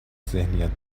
ذهنیت